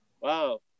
Wow